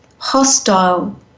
hostile